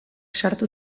sartu